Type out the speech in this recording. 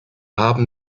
haben